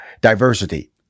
diversity